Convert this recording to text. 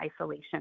isolation